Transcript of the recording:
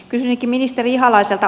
kysyisinkin ministeri ihalaiselta